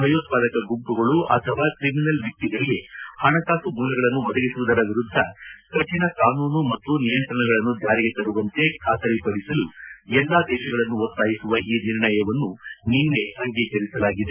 ಭಯೋತ್ಪಾದಕ ಗುಂಪುಗಳು ಅಥವಾ ಕಿಮಿನಲ್ ವ್ಯಕ್ತಿಗಳಿಗೆ ಹಣಕಾಸು ಮೂಲಗಳನ್ನು ಒದಗಿಸುವವರ ವಿರುದ್ದ ಕಠಿಣ ಕಾನೂನು ಮತ್ತು ನಿಯಂತ್ರಣಗಳನ್ನು ಜಾರಿಗೆ ತರುವಂತೆ ಖಾತರಿ ಪಡಿಸಲು ಎಲ್ಲಾ ದೇಶಗಳನ್ನು ಒತ್ತಾಯಿಸುವ ಈ ನಿರ್ಣಯವನ್ನು ನಿನ್ನೆ ಅಂಗೀಕರಿಸಲಾಗಿದೆ